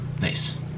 nice